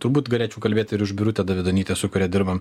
turbūt galėčiau kalbėt ir už birutę davidonytę su kuria dirbam